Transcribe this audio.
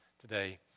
today